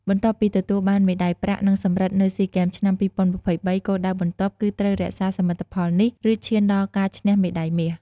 បន្ទាប់ពីទទួលបានមេដាយប្រាក់ និងសំរឹទ្ធនៅស៊ីហ្គេម ឆ្នាំ២០២៣ គោលដៅបន្ទាប់គឺត្រូវរក្សាសមិទ្ធផលនេះ ឬឈានដល់ការឈ្នះមេដាយមាស។